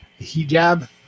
hijab